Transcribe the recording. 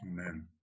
Amen